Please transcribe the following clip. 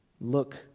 Look